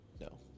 no